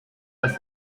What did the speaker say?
dass